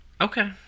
Okay